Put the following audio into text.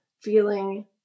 feeling